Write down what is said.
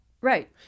Right